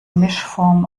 mischform